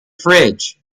fridge